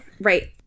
Right